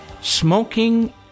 Smoking